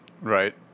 Right